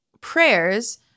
prayers